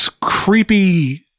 creepy